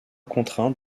contraint